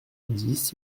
dix